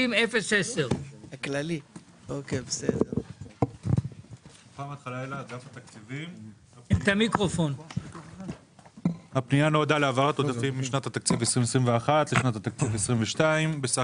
60010. הפנייה נועדה להעברת עודפים משנת התקציב 2021 לשנת 2022 בסך